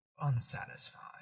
unsatisfied